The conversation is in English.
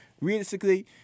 realistically